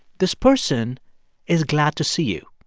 this person is glad to see you.